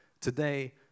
Today